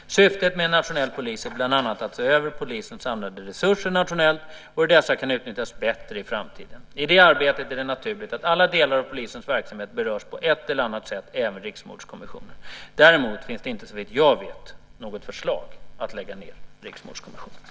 Syftet med en nationell polis är bland annat att se över polisens samlade resurser nationellt och hur dessa kan utnyttjas bättre i framtiden. I det arbetet är det naturligt att alla delar av polisens verksamhet berörs på ett eller annat sätt, även Riksmordkommissionen. Däremot finns det inte såvitt jag vet något förslag att lägga ner Riksmordkommissionen.